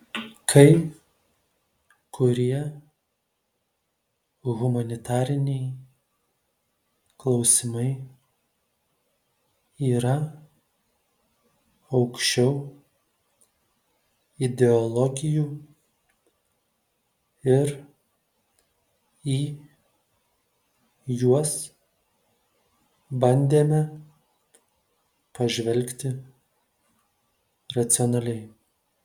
kai kurie humanitariniai klausimai yra aukščiau ideologijų ir į juos bandėme pažvelgti racionaliai